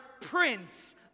Prince